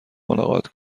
ملاقات